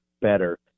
better